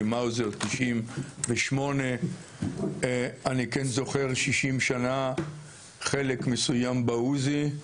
מאוזר 98. אני כן זוכר 60 שנה חלק מסוים בעוזי.